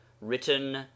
written